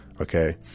Okay